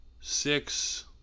six